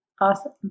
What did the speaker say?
Awesome